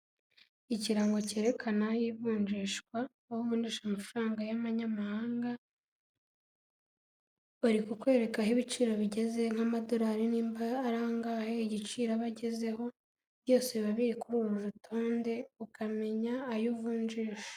Ikirango cyerekanaho ivunjishwa, aho uvunjisha amafaranga y'amanyamahanga, bari kukwereka aho ibiciro bigeze nk'amadorari arangahe, igiciro aba agezeho byose biba biri kuri uru rutonde, ukamenya ayo uvunjisha.